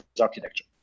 architecture